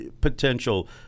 potential